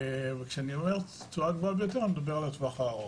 וכשאני אומר התשואה הגבוהה ביותר אני מדבר על הטווח הארוך.